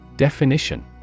Definition